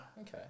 Okay